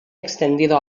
extendido